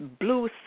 blue